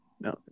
No